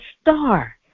star